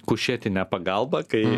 kušetinę pagalbą kai